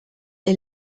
est